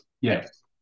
yes